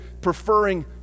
preferring